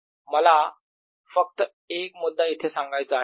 मला फक्त एक मुद्दा येथे सांगायचा आहे